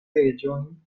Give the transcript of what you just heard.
leĝojn